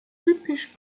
typisch